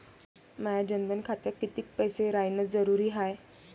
माया जनधन खात्यात कितीक पैसे रायन जरुरी हाय?